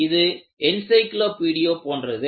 இது என்சைக்ளோபீடியா போன்றது